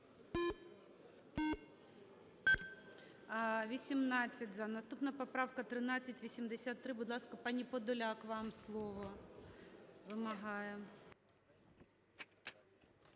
За-18 Наступна поправка – 1383. Будь ласка, пані Подоляк, вам слово вимагає.